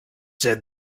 said